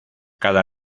cada